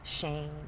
Shame